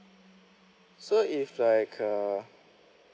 so if like uh